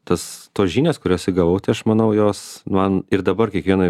tas tos žinios kurias įgavau tai aš manau jos man ir dabar kiekvienoj